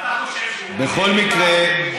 בושה וחרפה.